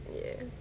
yeah